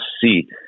seat